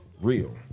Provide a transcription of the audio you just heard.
Real